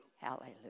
Hallelujah